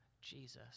Jesus